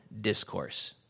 discourse